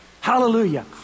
Hallelujah